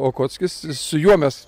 okockis ir su juo mes